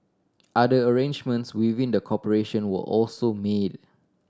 other arrangements within the corporation were also made